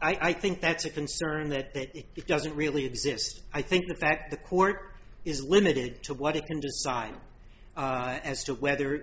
i think that's a concern that it doesn't really exist i think the fact the court is limited to what it can just sign as to whether